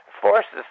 forces